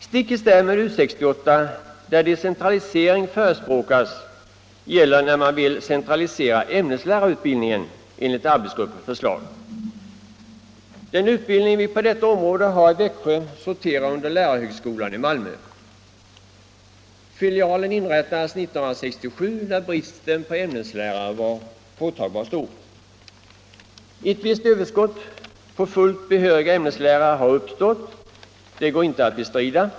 Stick i stäv mot U 68, där decentralisering förespråkas, föreslår arbetsgruppen en centralisering av ämneslärarutbildningen. Den utbildning vi på detta område har i Växjö sorterar under lärarhögskolan i Malmö. Filialen inrättades 1967 när bristen på ämneslärare var stor. Det går inte att bestrida.